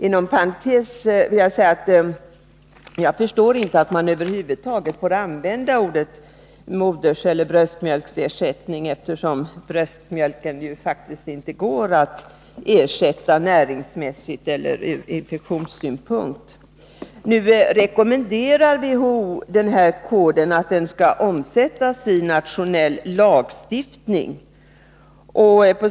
Inom parentes kan jag säga att jag inte förstår att man över huvud taget får använda ordet bröstmjölksersättning, eftersom bröstmjölken faktiskt inte går att ersätta näringsmässigt eller som infektionsskydd. Nu rekommenderar WHO att denna kod skall omsättas i internationell lagstiftning.